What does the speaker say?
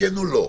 כן או לא.